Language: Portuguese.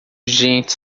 gente